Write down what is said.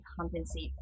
compensate